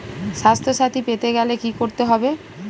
স্বাস্থসাথী পেতে গেলে কি করতে হবে?